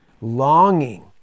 Longing